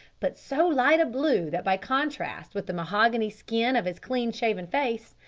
but so light a blue that by contrast with the mahogany skin of his clean-shaven face,